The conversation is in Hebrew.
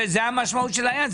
זה המשמעות של העניין.